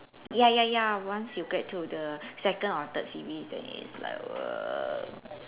ya ya ya once you get to the second or third series then it's like err